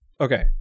Okay